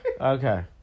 Okay